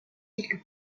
quelques